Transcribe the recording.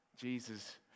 Jesus